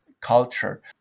culture